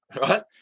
right